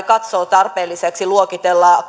katsoo tarpeelliseksi luokitella